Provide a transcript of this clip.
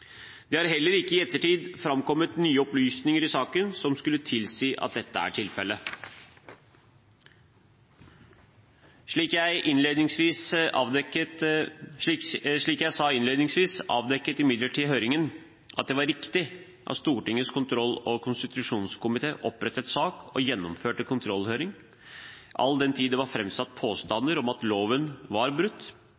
Det har heller ikke i ettertid framkommet nye opplysninger i saken som skulle tilsi at dette er tilfellet. Slik jeg sa innledningsvis, avdekket imidlertid høringen at det var riktig at Stortingets kontroll- og konstitusjonskomité opprettet sak og gjennomførte kontrollhøring, all den tid det var framsatt påstander om at loven var brutt,